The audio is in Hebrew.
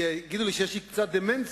שיגידו לי שיש לי קצת דמנציה.